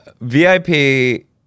VIP